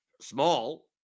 small